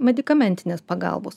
medikamentinės pagalbos